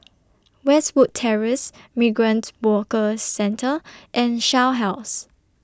Westwood Terrace Migrant Workers Centre and Shell House